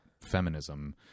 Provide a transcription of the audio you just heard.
feminism